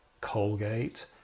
Colgate